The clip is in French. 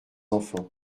enfants